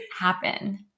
happen